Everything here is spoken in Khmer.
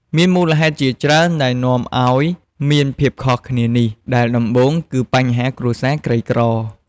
មានមូលហេតុជាច្រើនដែលនាំឲ្យមានភាពខុសគ្នានេះ ដែលដំបូងគឺបញ្ហាគ្រួសារក្រីក្រ។